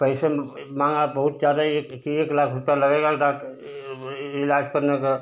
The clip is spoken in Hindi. पैसे माँगा बहुत ज़्यादा ये कि एक लाख रुपया लगेगा कि डाक इलाज़ करने का